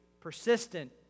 persistent